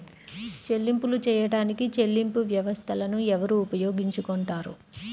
చెల్లింపులు చేయడానికి చెల్లింపు వ్యవస్థలను ఎవరు ఉపయోగించుకొంటారు?